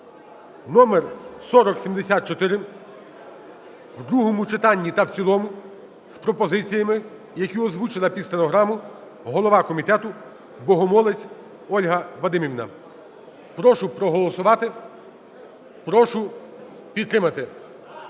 (№ 4074) в другому читанні та в цілому з пропозиціями, які озвучила під стенограму голова комітету Богомолець Ольга Вадимівна. Прошу проголосувати, прошу підтримати.